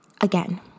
again